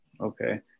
Okay